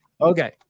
okay